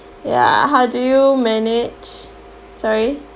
ya how do you manage sorry